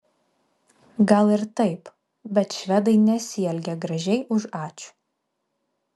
gal ir taip bet švedai nesielgia gražiai už ačiū